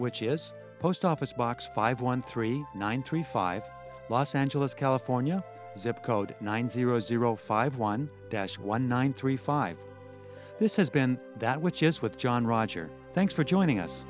which is post office box five one three nine three five los angeles california zip code nine zero zero five one dash one nine three five this has been that which is with john roger thanks for joining us